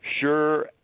sure